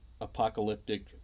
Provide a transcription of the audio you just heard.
apocalyptic